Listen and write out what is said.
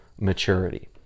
maturity